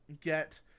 get